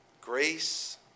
grace